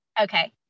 okay